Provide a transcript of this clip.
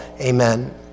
Amen